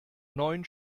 neun